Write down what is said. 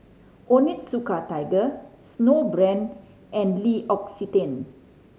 Onitsuka Tiger Snowbrand and L'Occitane